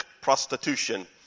prostitution